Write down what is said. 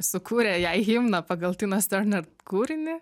sukūrė jai himną pagal tinos tarner kūrinį